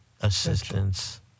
assistance